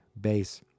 base